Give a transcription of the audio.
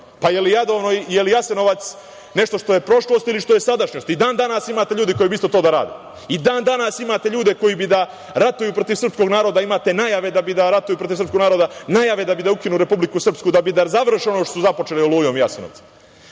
jel Jasenovac nešto što je prošlost ili što je sadašnjost? I dan danas imate ljude koji bi isto to da rade. I dan danas imate ljude koji bi da ratuju protiv srpskog naroda, imate najave da bi da ratuju protiv srpskog naroda, najave da ukinu Republiku Srpsku da završe ono što su započeli Olujom i